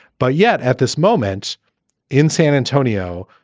but yet at this moment in san antonio,